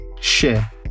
share